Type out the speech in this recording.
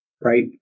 right